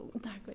Dark